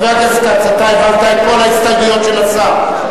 חבר הכנסת כץ, אתה הבנת את כל ההסתייגויות של השר?